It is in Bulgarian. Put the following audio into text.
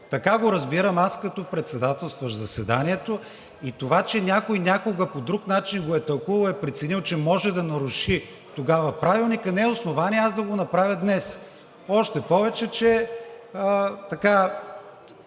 Така го разбирам аз като председателстващ заседанието и това, че някой някога по друг начин го е тълкувал и е преценил, че може да наруши тогава Правилника, не е основание аз да го направя днес. Още повече че